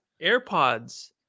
AirPods